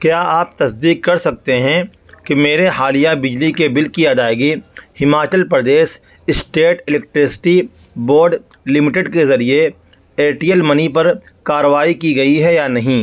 کیا آپ تصدیق کر سکتے ہیں کہ میرے حالیہ بجلی کے بل کی ادائیگی Himachal Pradesh state electricity board limited کے ذریعے ایئرٹیئل منی پر کاروائی کی گئی ہے یا نہیں